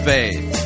Faith